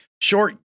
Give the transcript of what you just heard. short